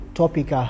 topic